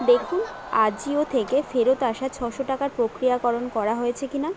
দেখুন আজিও থেকে ফেরত আসা ছশো টাকার প্রক্রিয়াকরণ করা হয়েছে কি না